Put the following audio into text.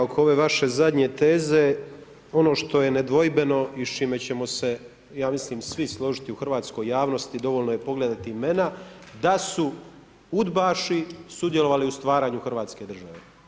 oko vaše zadnje teze ono što je nedvojbeno i s čime ćemo se ja mislim svi složiti u hrvatskoj javnosti dovoljno je pogledati imena da su udbaši sudjelovali u stvaranju Hrvatske države.